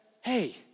hey